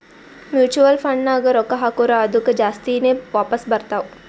mutual ಫಂಡ್ನಾಗ್ ರೊಕ್ಕಾ ಹಾಕುರ್ ಅದ್ದುಕ ಜಾಸ್ತಿನೇ ವಾಪಾಸ್ ಬರ್ತಾವ್